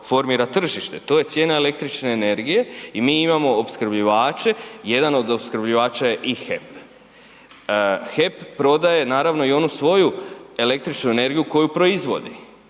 formira tržište, to je cijena električne energije i mi imamo opskrbljivače. Jedan od opskrbljivača je i HEP. HEP prodaje naravno i onu svoju električnu energiju koju proizvodi.